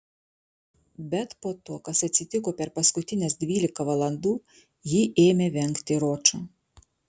bet po to kas atsitiko per paskutines dvylika valandų ji ėmė vengti ročo